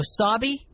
wasabi